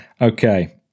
okay